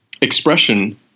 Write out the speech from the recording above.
expression